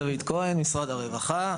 ממשרד הרווחה,